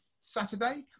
Saturday